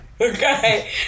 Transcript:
okay